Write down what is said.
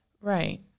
Right